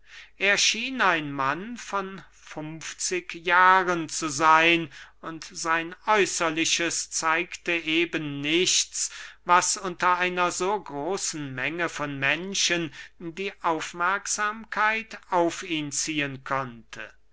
schien ein mann von funfzig jahren zu seyn und sein äußerliches zeigte eben nichts was unter einer so großen menge von menschen die aufmerksamkeit auf ihn ziehen konnte